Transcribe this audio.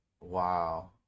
Wow